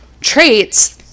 traits